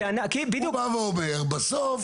הוא בא ואומר בסוף